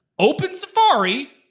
open safari,